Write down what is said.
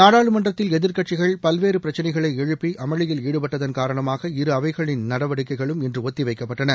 நாடாளுமன்றத்தில் எதிர்க்கட்சிகள் பல்வேறு பிரச்சினைகளை எழுப்பி அமளியில் ஈடுபட்டதன் காரணமாக இரு அவைகளின் நடவடிக்கைகளும் இன்று ஒத்திவைக்கப்பட்டன